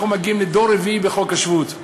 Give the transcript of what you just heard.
אנחנו מגיעים לדור רביעי בחוק השבות,